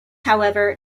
however